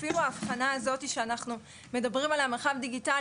אפילו ההבחנה הזאת שאנחנו מדברים על המרחב הדיגיטלי,